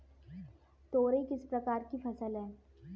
तोरई किस प्रकार की फसल है?